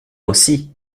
aussi